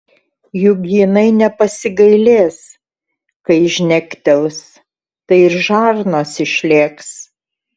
juk jinai nepasigailės kai žnektels tai ir žarnos išlėks